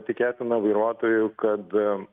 tikėtina vairuotojų kad